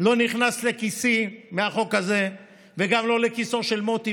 לא נכנס לכיסי מהחוק הזה, וגם לא לכיסו של מוטי.